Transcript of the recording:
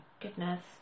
goodness